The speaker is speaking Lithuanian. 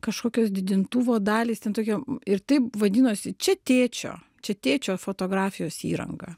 kažkokios didintuvo dalys ten tokie ir taip vadinosi čia tėčio čia tėčio fotografijos įranga